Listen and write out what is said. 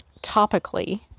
topically